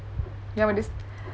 ya